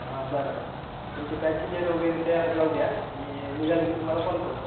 हा बरं बरं तुमचे पॅसेंजर वगैरे तयार राहूद्या मी निघालं की तुम्हाला कॉल करतो